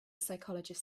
psychologist